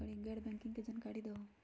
गैर बैंकिंग के जानकारी दिहूँ?